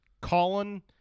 Colin